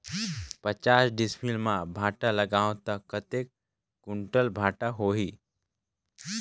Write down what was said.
पचास डिसमिल मां भांटा लगाहूं ता कतेक कुंटल भांटा होही?